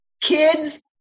Kids